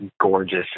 gorgeous